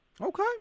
Okay